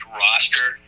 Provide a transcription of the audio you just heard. roster